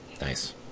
Nice